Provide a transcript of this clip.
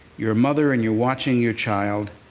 you're a mother and you're watching your child,